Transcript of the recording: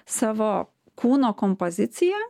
savo kūno kompoziciją